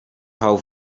hou